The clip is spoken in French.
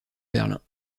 berlin